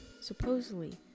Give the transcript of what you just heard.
Supposedly